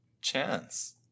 chance